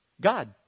god